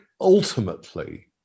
ultimately